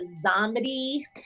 zombie